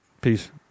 peace